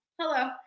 Hello